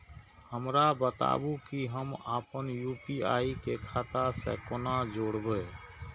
हमरा बताबु की हम आपन यू.पी.आई के खाता से कोना जोरबै?